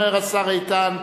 אומר השר איתן,